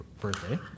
birthday